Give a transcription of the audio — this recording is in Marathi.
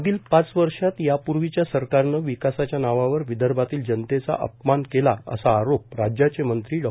मागील पाच वर्षात यापूर्वीच्या सरकारनं विकासाच्या नावावर विदर्भातील जनतेचा अपमान केला असा आरोप राज्याचे मंत्री डॉ